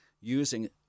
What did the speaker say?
using